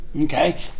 okay